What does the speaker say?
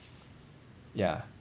ya